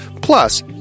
Plus